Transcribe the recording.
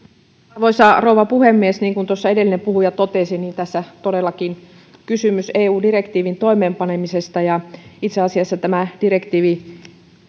arvoisa rouva puhemies niin kuin tuossa edellinen puhuja totesi tässä todellakin on kysymys eu direktiivin toimeenpanemisesta ja itse asiassa tämän direktiivin